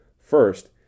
First